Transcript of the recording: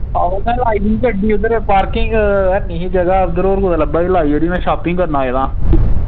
ओहो लाई दी ही गड्डी पर पार्किंग ऐनी ही जगह उद्धर ओह् कुदै लब्भी दे लाई ओड़ी में शापिंग करन आए दा